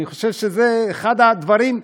אני חושב שזה אחד הדברים,